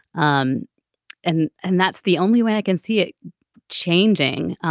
um and and that's the only way i can see it changing.